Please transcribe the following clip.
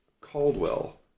Caldwell